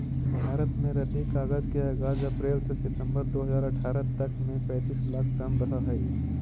भारत में रद्दी कागज के आगाज अप्रेल से सितम्बर दो हज़ार अट्ठरह तक में पैंतीस लाख टन रहऽ हई